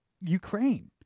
Ukraine